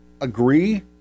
agree